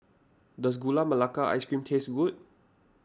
does Gula Melaka Ice Cream taste good